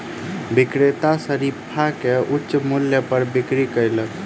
विक्रेता शरीफा के उच्च मूल्य पर बिक्री कयलक